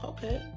Okay